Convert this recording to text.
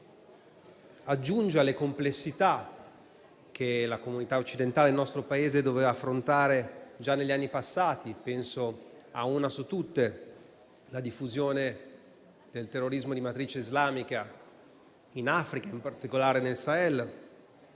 aggiunge alle complessità che la comunità occidentale e il nostro Paese dovevano affrontare già negli anni passati - penso alla diffusione del terrorismo di matrice islamica in Africa, in particolare nel Sahel,